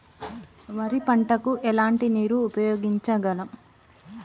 వరి పంట కు ఎలాంటి నీరు ఉపయోగించగలం?